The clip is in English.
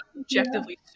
Objectively